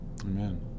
Amen